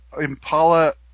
Impala